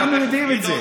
אנחנו יודעים את זה.